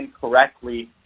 correctly